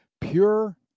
pure